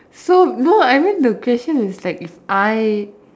so no I mean the question is like if I